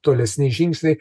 tolesni žingsniai